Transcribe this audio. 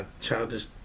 Childish